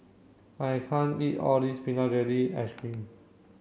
I can't eat all this peanut jelly ice cream